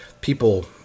people